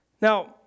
Now